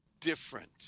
different